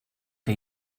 que